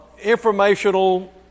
informational